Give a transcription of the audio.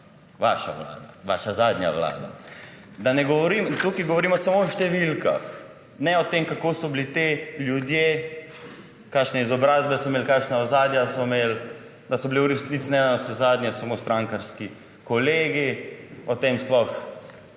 Vaša vlada. Vaša zadnja vlada. Tukaj govorimo samo o številkah, ne o tem, kako so bili ti ljudje, kakšne izobrazbe so imeli, kakšna ozadja so imeli, da so bili v resnici navsezadnje samo strankarski kolegi. O tem sploh